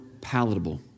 palatable